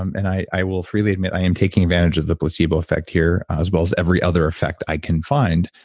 um and i i will freely admit i am taking advantage of the placebo effect here, as well as every other effect i can find.